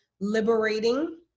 liberating